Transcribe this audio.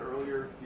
earlier